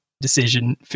decision